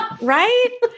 Right